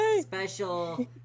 Special